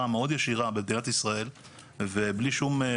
מכרנו את התעשייה שלנו לרשות הפלסטינית,